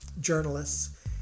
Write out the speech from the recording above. journalists